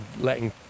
letting